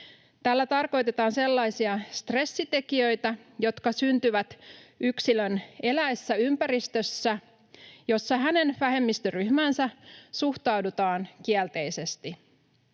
Tällä tarkoitetaan sellaisia stressitekijöitä, jotka syntyvät yksilön eläessä ympäristössä, jossa hänen vähemmistöryhmäänsä suhtaudutaan kielteisesti,